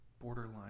borderline